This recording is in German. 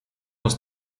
muss